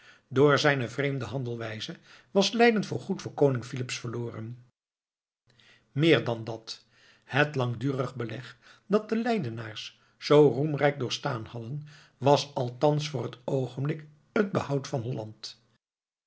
door zijne vreemde handelwijze was leiden voor goed voor koning filips verloren meer dan dat het langdurige beleg dat de leidenaars zoo roemrijk doorstaan hadden was althans voor het oogenblik het behoud van holland